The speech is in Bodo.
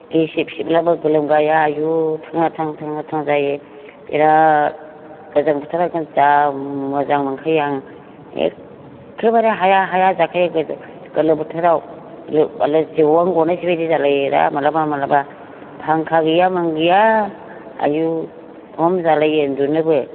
गिसिब सिबब्लाबो गोलोमगाया आयु थाङा थां थाङा थां जायो बिराद गोजां बोथोरा जा मोजां मोनखायो आं एखेबारे हाया हाया जाखायो गोलोम बोथोराव गिलु बालु जिउआनो गनायनोसै बायदि जालायो माब्लाबा माब्लाबा फांखा गैया मा गैया आयु खम जालायो उन्दुनोबो